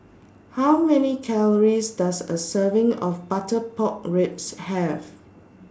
How Many Calories Does A Serving of Butter Pork Ribs Have